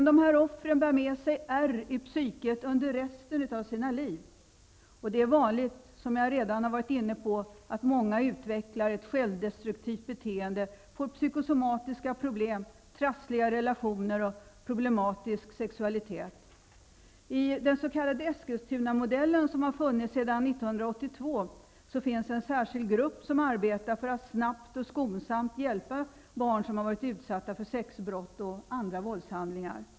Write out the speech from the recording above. Dessa offer bär med sig ärr i psyket under resten av sina liv. Det är vanligt, som jag redan varit inne på, att de utvecklar ett självdestruktivt beteende, får psykosomatiska problem, trassliga relationer och problematisk sexualitet. I den så kallade Eskilstunamodellen, som funnits sedan 1982, finns en särskild grupp som arbetar för att snabbt och skonsamt hjälpa barn som utsatts för sexbrott och andra våldshandlingar.